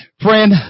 Friend